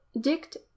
dict